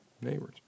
neighbors